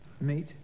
Meet